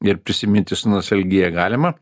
ir prisiminti su nostalgija galima